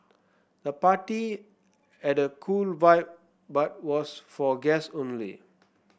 the party had a cool vibe but was for guests only